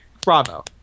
bravo